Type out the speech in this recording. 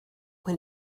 when